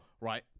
right